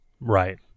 Right